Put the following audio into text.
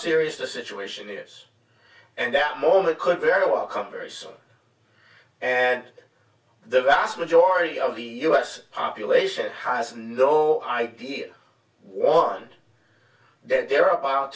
serious the situation ears and that moment could very well come very soon and the vast majority of the u s population has no idea one that they're about